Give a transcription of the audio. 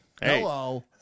Hello